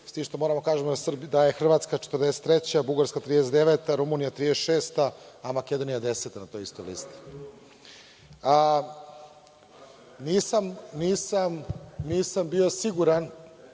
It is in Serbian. s tim što moramo da kažemo da je Hrvatska 43, Bugarska 39, Rumunija 36, a Makedonija 10. na toj istoj listi. Nisam bio siguran